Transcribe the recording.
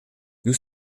nous